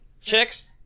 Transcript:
Chicks